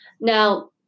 Now